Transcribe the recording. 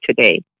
today